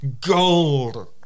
gold